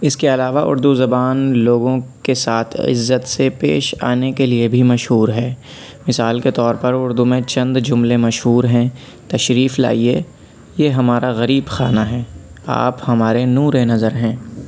اِس کے علاوہ اردو زبان لوگوں کے ساتھ عزت سے پیش آنے کے لیے بھی مشہور ہے مثال کے طور پر اردو میں چند جملے مشہور ہیں تشریف لائیے یہ ہمارا غریب خانہ ہے آپ ہمارے نورِ نظر ہیں